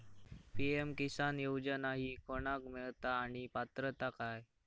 PM Kisan योजना ही कोणाक मिळता आणि पात्रता काय?